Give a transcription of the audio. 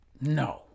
No